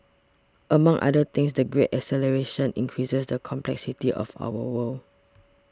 among other things the Great Acceleration increases the complexity of our world